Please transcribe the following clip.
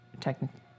technically